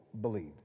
believed